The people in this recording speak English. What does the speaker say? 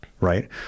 right